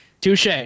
Touche